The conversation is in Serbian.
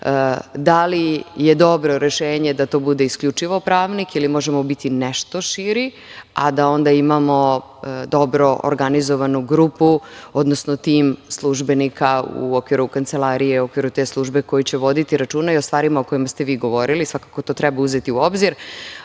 da li je to dobro rešenje da to bude isključivo pravnik ili možemo biti nešto širi, a da onda imamo dobro organizovanu grupu, odnosno tim službenika u okviru kancelarije, u okviru te službe koja će voditi računa i o stvarima o kojima ste vi govorili i svakako to treba uzeti u obzir. Lično